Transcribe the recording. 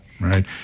right